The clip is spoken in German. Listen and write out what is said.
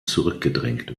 zurückgedrängt